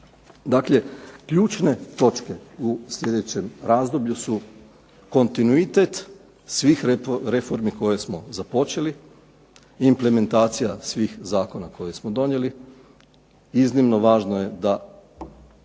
Dakle ključne točke u sljedećem razdoblju su kontinuitet svih reformi koje smo započeli, implementacija svih zakona koje smo donijeli. Iznimno važno je da